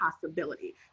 possibility